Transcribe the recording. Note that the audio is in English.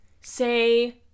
say